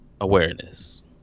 awareness